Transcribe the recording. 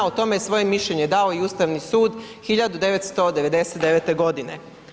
O tome je svoje mišljenje dao i Ustavni sud 1999. godine.